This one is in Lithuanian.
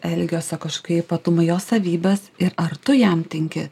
elgesio kažkokie ypatumai jo savybės ir ar tu jam tinki